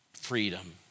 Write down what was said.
freedom